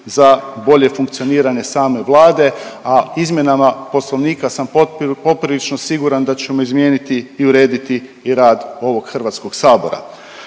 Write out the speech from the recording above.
za bolje funkcioniranje same Vlade, a izmjenama poslovnika sam poprilično siguran da ćemo izmijeniti i urediti i rad ovog HS-a. Za kraj,